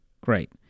Great